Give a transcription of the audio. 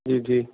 ਜੀ ਜੀ